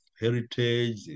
heritage